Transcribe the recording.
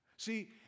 See